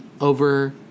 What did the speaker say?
over